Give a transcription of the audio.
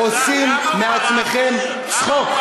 עושים מעצמכם צחוק.